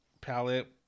palette